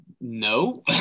No